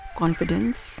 confidence